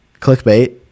Clickbait